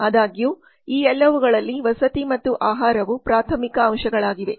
ಆದಾಗ್ಯೂ ಈ ಎಲ್ಲವುಗಳಲ್ಲಿ ವಸತಿ ಮತ್ತು ಆಹಾರವು ಪ್ರಾಥಮಿಕ ಅಂಶಗಳಾಗಿವೆ